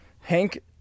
Hank